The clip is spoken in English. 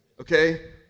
Okay